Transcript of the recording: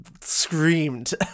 screamed